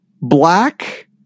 black